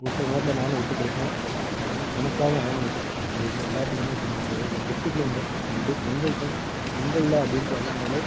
ஓரு சில நேரத்தில் நானும் விட்டு கொடுப்ப அவன் எனக்காக அவனும் விட்டு கொடுப்பான் அது எங்கள் எல்லாத்துக்குமே தெரியும் எங்கள் டிஸ்டிரிக் எங்கள் நாங்கள் பொங்கல் டைம் பொங்கலில் அப்படி விளையாண்டாலே